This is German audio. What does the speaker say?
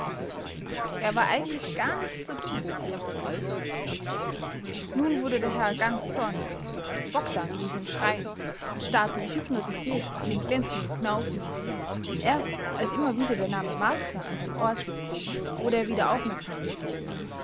er war eigentlich gar nicht so dumm der bucklige nun wurde der herr ganz zornig bogdn ließ ihn schreien und starrte wie hypnotisiert auf den glänzenden knauf hinüber erst als immer wieder der name marcsa an sein ohr schlug wurde er wieder aufmerksam